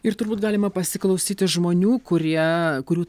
ir turbūt galima pasiklausyti žmonių kurie kurių